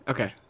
Okay